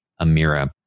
Amira